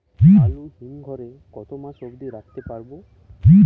আলু হিম ঘরে কতো মাস অব্দি রাখতে পারবো?